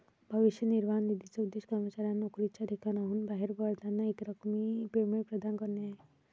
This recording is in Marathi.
भविष्य निर्वाह निधीचा उद्देश कर्मचाऱ्यांना नोकरीच्या ठिकाणाहून बाहेर पडताना एकरकमी पेमेंट प्रदान करणे आहे